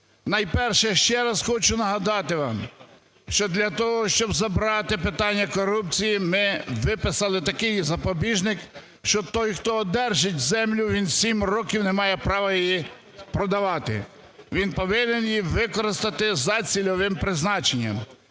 Найперше, ще раз хочу нагадати вам, що для того, щоб забрати питання корупції, ми виписали такий запобіжник, що той, хто одержить землю, він 7 років не має права її продавати. Він повинен її використати за цільовим призначенням.